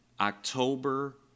October